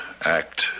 act